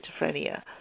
schizophrenia